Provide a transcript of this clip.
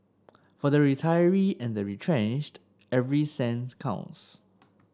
for the retiree and the retrenched every cent counts